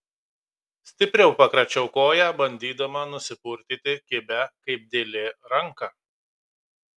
stipriau pakračiau koją bandydama nusipurtyti kibią kaip dėlė ranką